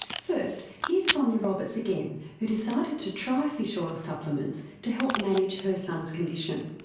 first here's sonia roberts again, who decided to try fish oil supplements to help manage her son's condition.